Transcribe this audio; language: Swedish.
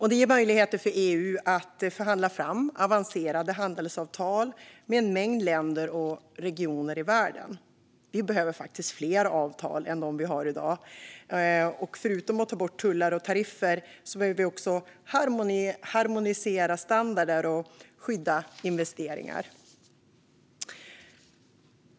Det ger möjligheter för EU att förhandla fram avancerade handelsavtal med en mängd länder och regioner i världen. Vi behöver fler avtal än vad vi har i dag, och förutom att ta bort tullar och tariffer behöver vi också harmonisera standarder och skydda investeringar.